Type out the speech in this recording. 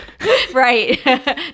Right